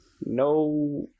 no